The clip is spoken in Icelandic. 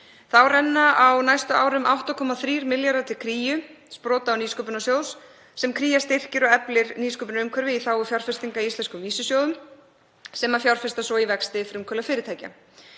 Þá renna á næstu árum 8,3 milljarðar til Kríu, sprota- og nýsköpunarsjóðs, en Kría styrkir og eflir nýsköpunarumhverfið í þágu fjárfestinga í íslenskum vísisjóðum sem síðan fjárfesta í vexti frumkvöðlafyrirtækja.